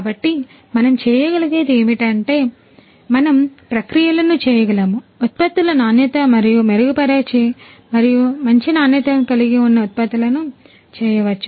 కాబట్టి మనం చేయగలిగేది ఏమిటంటే మనం ప్రక్రియలను చేయగలము ఉత్పత్తుల నాణ్యత మరింత మెరుగుపరిచి మరియు మంచి నాణ్యత కలిగిన ఉత్పత్తులను చేయవచ్చు